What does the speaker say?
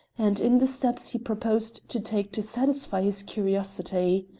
and in the steps he proposed to take to satisfy his curiosity.